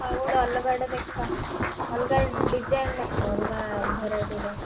ଆଉ ଗୋଟେ ଅଲଗାଟେ ଦେଖାଅ ଅଲଗା ଡିଜାଇନ୍ ଦେଖାଅ ଅଲଗା ଭେରାଇଟିର